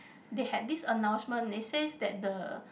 they had this announcement it says that the